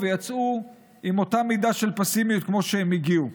ויצאו עם אותה מידה של פסימיות כמו שהם הגיעו.